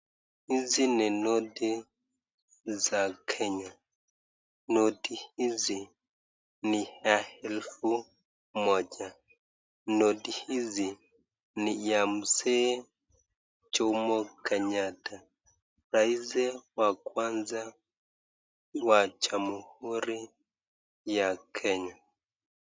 Hizi ni noti za kenya, noti hizi ni ya elfu moja , noti hizi ni ya Mzee jomo Kenyatta raisi wa kwanza wa jamuhuri ya kenya.